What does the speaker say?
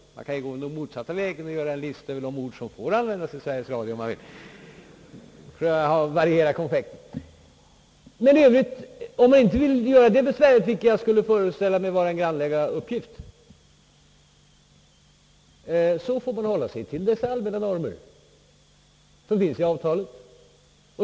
Man kan också gå den motsatta vägen och göra upp en lista över ord som får användas, om man vill variera konfekten. Om man inte vill ha en sådan lista — jag föreställer mig att det skulle vara en grannlaga uppgift att göra upp den — får man hålla sig till de allmänna normer som finns i avtalet.